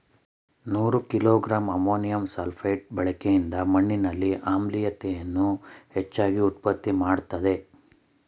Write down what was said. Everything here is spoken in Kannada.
ನೂರು ಕಿಲೋ ಗ್ರಾಂ ಅಮೋನಿಯಂ ಸಲ್ಫೇಟ್ ಬಳಕೆಯಿಂದ ಮಣ್ಣಿನಲ್ಲಿ ಆಮ್ಲೀಯತೆಯನ್ನು ಹೆಚ್ಚಾಗಿ ಉತ್ಪತ್ತಿ ಮಾಡ್ತದೇ